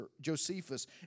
Josephus